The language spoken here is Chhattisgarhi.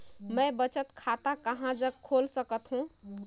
मैं बचत खाता कहां जग खोल सकत हों?